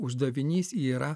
uždavinys yra